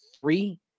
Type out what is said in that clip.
three